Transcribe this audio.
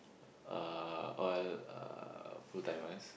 are all uh full timers